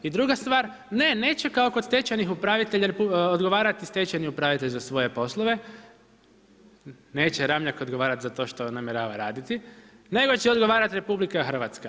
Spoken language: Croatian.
I druga stvar, ne neće kao kod stečajnih upravljati odgovarati stečajni upravitelj za svoje poslove, neće Ramljak odgovarati za to što namjerava raditi nego će odgovarati RH.